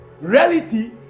reality